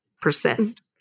persist